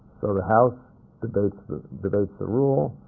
so the house debates the debates the rule.